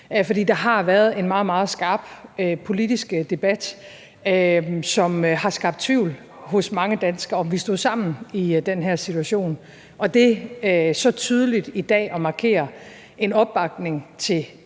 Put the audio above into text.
for der har været en meget, meget skarp politisk debat, som har skabt tvivl hos mange danskere om, hvorvidt vi stod sammen i den her situation. Og det så tydeligt i dag at markere en opbakning til